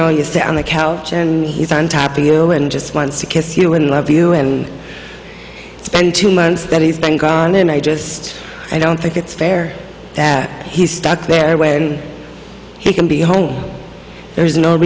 know you stay on the couch and he's on top of you and just wants to kiss you and love you and spend two months that he's been gone and i just i don't think it's fair he's stuck there where he can be home there's no